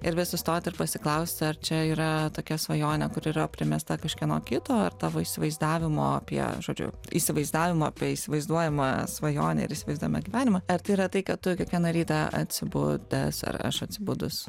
ir vis sustot ir pasiklausti ar čia yra tokia svajonė kuri yra primesta kažkieno kito ar tavo įsivaizdavimo apie žodžiu įsivaizdavimo apie įsivaizduojamą svajonę ir įsivaizduojamą gyvenimą ar tai yra tai kad tu kiekvieną rytą atsibudęs ar aš atsibudus